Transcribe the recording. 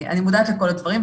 אני מודעת לכל הדברים,